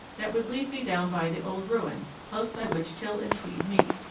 that would lead me down by the old ruin, close by which till and tweed meet.